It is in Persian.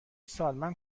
سالمند